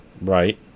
Right